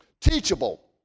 Teachable